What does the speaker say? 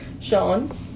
Sean